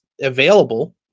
available